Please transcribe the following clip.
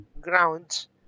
grounds